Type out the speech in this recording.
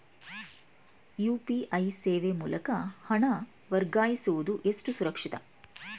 UPI ಸೇವೆ ಮೂಲಕ ಹಣ ವರ್ಗಾಯಿಸುವುದು ಎಷ್ಟು ಸುರಕ್ಷಿತ?